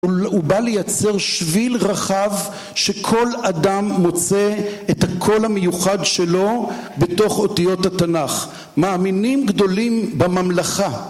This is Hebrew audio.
הוא בא לייצר שביל רחב שכל אדם מוצא את הקול המיוחד שלו בתוך אותיות התנ״ך. מאמינים גדולים בממלכה.